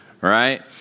right